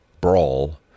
brawl